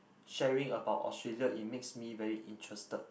sharing about Australia it makes me very interested